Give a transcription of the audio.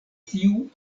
tiu